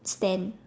stand